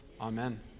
Amen